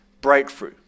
breakthrough